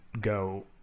go